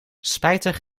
spijtig